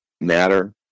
matter